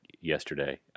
yesterday